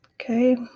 Okay